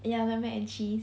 ya like mac and cheese